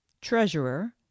treasurer